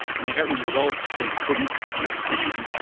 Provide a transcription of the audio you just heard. and they got results they couldn't understand,